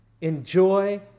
enjoy